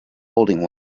holding